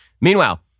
Meanwhile